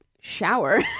shower